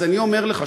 אז אני אומר לך,